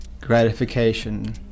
gratification